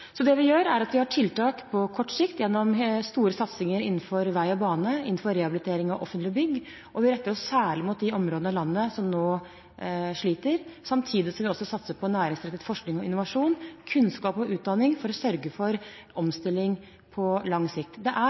Så det vi gjør, er at vi har tiltak på kort sikt gjennom store satsinger innen vei og bane, innen rehabilitering av offentlige bygg, og vi retter oss særlig mot de områdene av landet som nå sliter, samtidig som vi også satser på næringsrettet forskning og innovasjon, kunnskap og utdanning for å sørge for omstilling på lang sikt. Det er